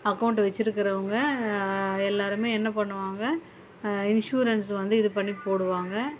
account வச்சிருக்கிறவங்க எல்லாருமே என்ன பண்ணுவாங்கள் இன்சூரன்ஸ் வந்து இது பண்ணி போடுவாங்கள்